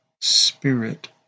Spirit